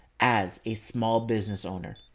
as a small business owner,